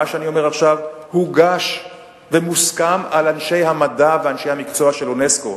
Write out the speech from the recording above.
מה שאני אומר עכשיו הוגש ומוסכם על אנשי המדע ואנשי המקצוע של אונסק"ו,